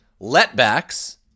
letbacks